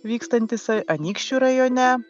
vykstantis anykščių rajone